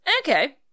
okay